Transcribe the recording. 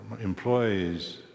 employees